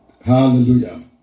Hallelujah